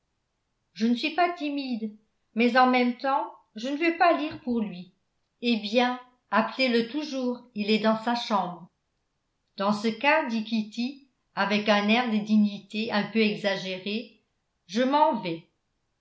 je ne suis pas timide mais en même temps je ne veux pas lire pour lui eh bien appelez-le toujours il est dans sa chambre dans ce cas dit kitty avec un air de dignité un peu exagéré je m'en vais